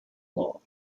law